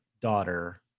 daughter